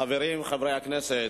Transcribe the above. חברי חברי הכנסת,